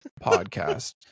podcast